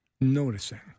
noticing